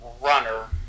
runner